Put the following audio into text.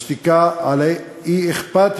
השתיקה על האי-אכפתיות,